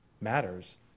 matters